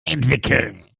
entwickeln